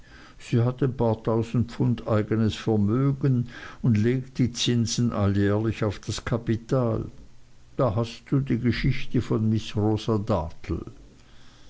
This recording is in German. sie hat ein paar tausend pfund eigenes vermögen und legt die zinsen alljährlich auf das kapital da hast du die geschichte von miß rosa